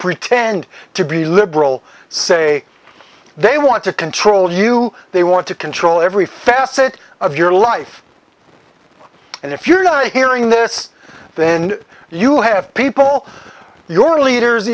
pretend to be liberal say they want to control you they want to control every facet of your life and if you're not hearing this then you have people your leaders